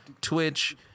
Twitch